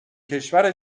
کشور